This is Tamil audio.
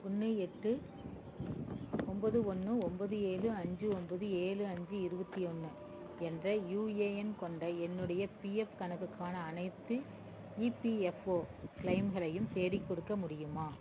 ஒன்று எட்டு ஒன்போது ஒன்று ஒன்போது ஏழு அஞ்சு ஒன்போது ஏழு அஞ்சு இருபத்தி ஒன்று என்ற யுஏஎன் கொண்ட என்னுடைய பிஎஃப் கணக்குக்கான அனைத்து ஈபிஎஃப்ஓ க்ளைம்களையும் தேடிக்கொடுக்க முடியுமா